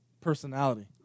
personality